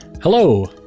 Hello